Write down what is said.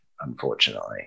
unfortunately